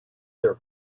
their